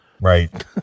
Right